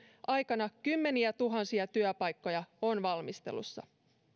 aikana kymmeniä tuhansia työpaikkoja on valmistelussa